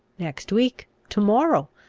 next week, to-morrow,